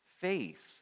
faith